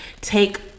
take